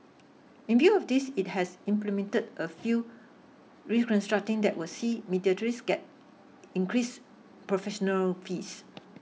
in view of this it has implemented a feel reconstructing that will see mediators get increased professional fees